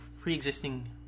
pre-existing